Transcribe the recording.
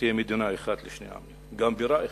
שתהיה מדינה אחת לשני עמים, וגם בירה אחת,